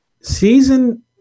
Season